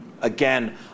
again